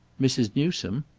mrs. newsome?